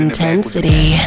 Intensity